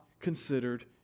considered